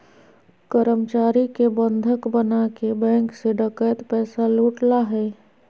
कर्मचारी के बंधक बनाके बैंक से डकैत पैसा लूट ला हइ